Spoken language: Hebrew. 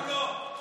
אנחנו לא.